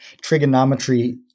trigonometry